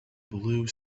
blue